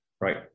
right